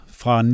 fra